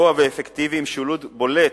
גידור גבוה ואפקטיבי עם שילוט בולט,